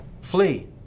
flee